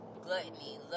gluttony